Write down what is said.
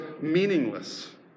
meaningless